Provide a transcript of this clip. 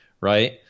Right